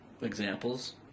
Examples